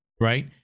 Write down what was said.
right